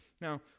Now